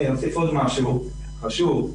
עוד משהו חשוב.